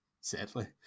Sadly